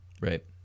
Right